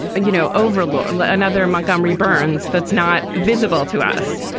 you know, overlord, another montgomery burns. that's not visible to us